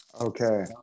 okay